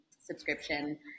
subscription